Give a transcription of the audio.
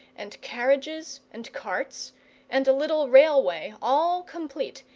and carriages and carts and a little railway, all complete,